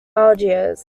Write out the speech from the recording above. algiers